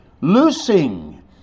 loosing